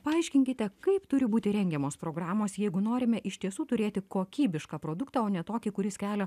paaiškinkite kaip turi būti rengiamos programos jeigu norime iš tiesų turėti kokybišką produktą o ne tokį kuris kelia